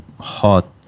hot